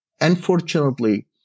Unfortunately